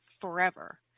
forever